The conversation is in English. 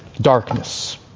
Darkness